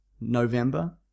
November